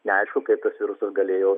neaišku kaip tas virusas galėjo